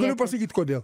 galiu pasakyt kodėl